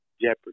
jeopardy